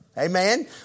Amen